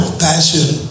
passion